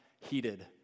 heated